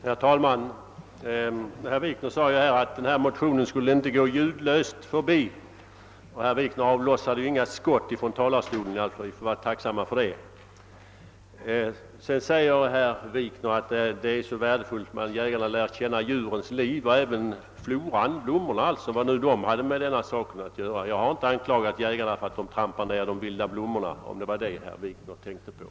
Herr talman! Herr Wikner sade att vår motion inte fick gå ljudlöst förbi, och herr Wikner avlossade inte heller några skott från talarstolen. Vi får vara tacksamma för det. Herr Wikner sade vidare att det är värdefullt att jägarna får lära känna djurens liv och även vår flora, vad nu den har med detta att göra. Jag har inte klagat på att jägarna trampat ned de vilda blommorna, om det var det som herr Wikner tänkte på.